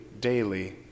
daily